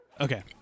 Okay